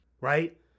right